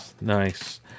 Nice